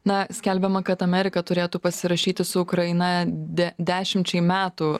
na skelbiama kad amerika turėtų pasirašyti su ukraina de dešimčiai metų